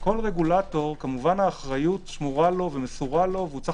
כל רגולטור האחריות שמורה לו והוא צריך